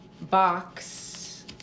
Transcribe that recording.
box